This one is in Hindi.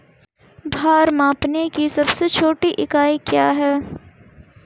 भार मापने की सबसे छोटी इकाई क्या है?